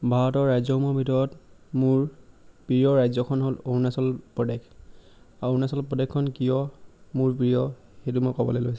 ভাৰতৰ ৰাজ্যসমূহৰ ভিতৰত মোৰ প্ৰিয় ৰাজ্যখন হ'ল অৰুণাচল প্ৰদেশ আৰু অৰুণাচল প্ৰদেশখন কিয় মোৰ প্ৰিয় সেইটো মই ক'বলৈ লৈছোঁ